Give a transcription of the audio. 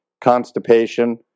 constipation